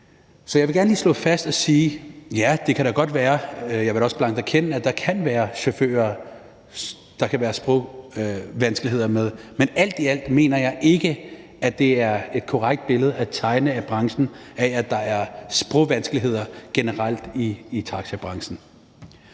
jeg vil også blankt erkende, at der kan være chauffører, som der kan være sprogvanskeligheder med, men alt i alt mener jeg ikke, at det er et korrekt billede at tegne, at der generelt er sprogvanskeligheder i taxabranchen.